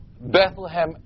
Bethlehem